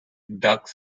ducks